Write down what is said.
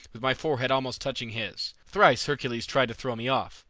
with my forehead almost touching his. thrice hercules tried to throw me off,